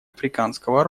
африканского